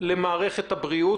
למערכת הבריאות,